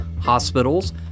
hospitals